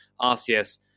RCS